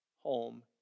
home